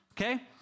okay